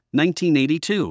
1982